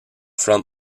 from